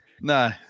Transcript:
No